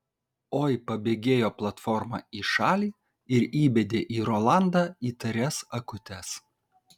oi pabėgėjo platforma į šalį ir įbedė į rolandą įtarias akutes